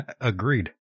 agreed